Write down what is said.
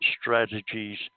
strategies